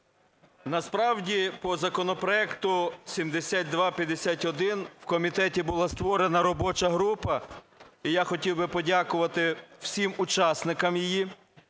насправді по законопроекту 7251 в комітеті була створена робоча група. І я хотів би подякувати всім учасникам її,